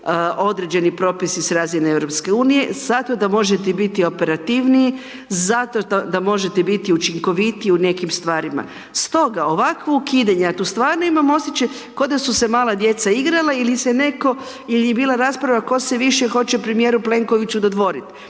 određeni propisi sa razine EU-a, zato da možete biti operativniji, zato da možete biti učinkovitiji u nekim stvarima. Stoga, ovakvo ukidanje a tu stvarno imam osjećaj kao da su se mala djeca igrala ili je bila rasprava tko se više hoće premijeru Plenkoviću dodvoriti